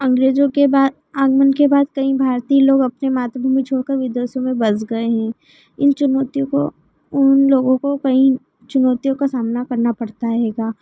अंग्रेज़ों के बाद अंग्रेज़ों के बाद कई भारतीय लोग अपनी मातृभूमि छोड़कर विदेशों में बस गए हैं इन चुनौतियों को इन लोगों को कई चुनौतियों का सामना करना पड़ता रहेगा